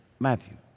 Matthew